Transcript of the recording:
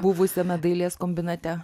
buvusiame dailės kombinate